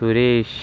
सुरेशः